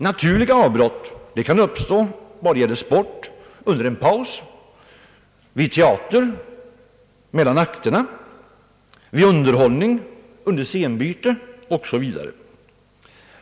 Naturliga avbrott kan uppstå: vid sport under en paus, vid teater mellan akterna, vid underhållning under scenbyte osv.